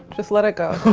just let it go